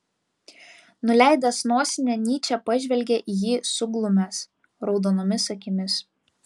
nuleidęs nosinę nyčė pažvelgė į jį suglumęs raudonomis akimis